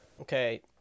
Okay